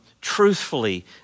truthfully